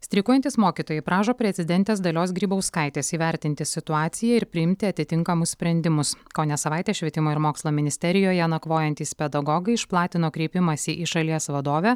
streikuojantys mokytojai prašo prezidentės dalios grybauskaitės įvertinti situaciją ir priimti atitinkamus sprendimus kone savaitę švietimo ir mokslo ministerijoje nakvojantys pedagogai išplatino kreipimąsi į šalies vadovę